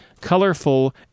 colorful